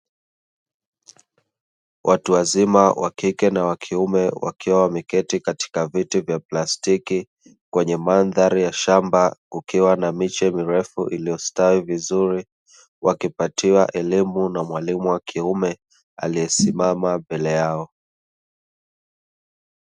Watu wazima wakike na wakiume wakiwa wameketi katika viti vya plastiki kwenye mandhari ya shamba, kukiwa na miche mirefu imesitawi vizuri wakipatiwa elimu na mwalimu wakiume aliyesimama mbele yao.